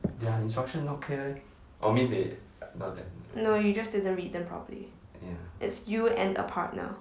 no you just didn't read them properly it's you and a partner